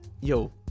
yo